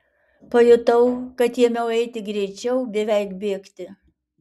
pajutau kad ėmiau eiti greičiau beveik bėgti